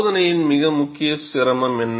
சோதனையின் முக்கிய சிரமம் என்ன